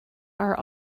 are